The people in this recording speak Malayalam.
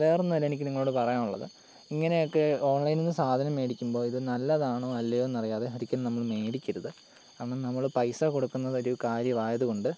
വേറൊന്നും അല്ല എനിക്ക് നിങ്ങളോട് പറയാനുള്ളത് ഇങ്ങനെയൊക്കെ ഓൺലൈനിൽന്നു സാധനം മേടിക്കുമ്പോൾ ഇത് നല്ലതാണോ അല്ലയോന്നറിയാതെ ആയിരിക്കും നമ്മൾ മേടിക്കരുത് കാരണം നമ്മൾ പൈസ കൊടുക്കുന്നത് ഒരു കാര്യമായതുകൊണ്ട്